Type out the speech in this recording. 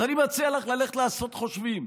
אז אני מציע לך ללכת לעשות חושבים,